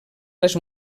les